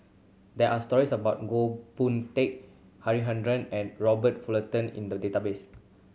there are stories about Goh Boon Teck Harichandra and Robert Fullerton in the database